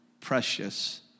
precious